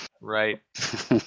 Right